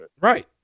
Right